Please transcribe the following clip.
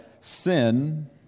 sin